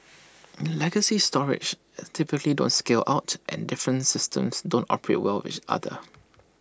legacy storage as typically don't scale out and different systems don't operate well with each other